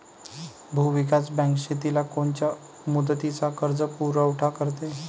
भूविकास बँक शेतीला कोनच्या मुदतीचा कर्जपुरवठा करते?